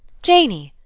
janey,